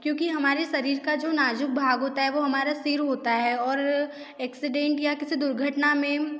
क्योंकि हमारे शरीर का जो नाज़ुक भाग होता है वो हमारा सिर होता है और एक्सीडेंट या किसी दुर्घटना में